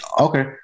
Okay